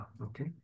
Okay